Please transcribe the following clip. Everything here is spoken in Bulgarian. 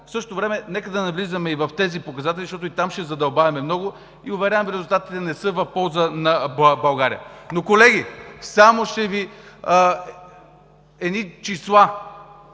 в същото време нека да не влизаме в тези показатели, защото и там ще задълбаем много и, уверявам Ви, че резултатите не са в полза на България. Колеги, само едни числа: